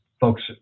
folks